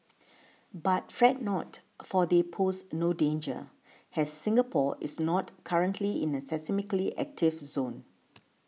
but fret not for they pose no danger has Singapore is not currently in a seismically active zone